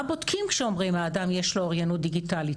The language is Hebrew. מה בודקים שאומרים האדם יש לו אוריינות דיגיטלית,